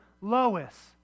Lois